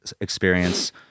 experience